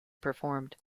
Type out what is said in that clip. performed